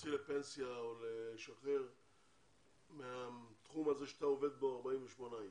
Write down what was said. להוציא לפנסיה או לשחרר מהתחום הזה שאתה עובד בו 48 איש.